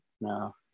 No